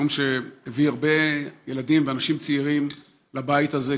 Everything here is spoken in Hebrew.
יום שהביא הרבה ילדים ואנשים צעירים לבית הזה,